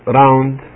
round